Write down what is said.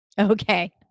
Okay